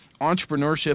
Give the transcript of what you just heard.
Entrepreneurship